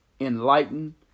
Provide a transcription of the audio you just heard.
enlighten